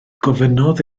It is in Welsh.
gofynnodd